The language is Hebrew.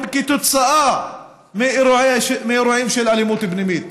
כתוצאה מאירועים של אלימות פנימית.